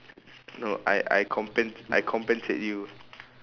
no I I compen~ I compensate you